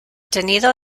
tenido